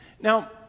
Now